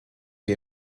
wir